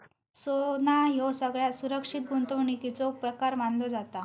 सोना ह्यो सगळ्यात सुरक्षित गुंतवणुकीचो प्रकार मानलो जाता